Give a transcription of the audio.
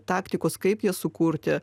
taktikos kaip jas sukurti